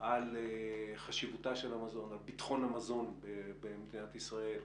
על חשיבות המזון על ביטחון המזון במדינת ישראל,